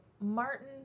Martin